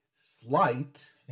slight